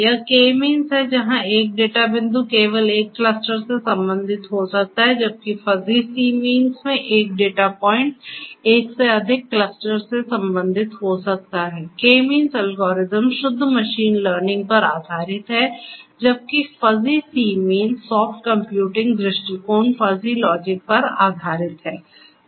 यह K means है जहाँ एक डेटा बिंदु केवल एक क्लस्टर से संबंधित हो सकता है जबकि फ़ज़ी सी मीन्स में एक डेटा पॉइंट एक से अधिक क्लस्टर से संबंधित हो सकता है K मींस एल्गोरिथ्म शुद्ध मशीन लर्निंग पर आधारित है जबकि fuzzy C means soft computing दृष्टिकोण फजी लॉजिक पर आधारित है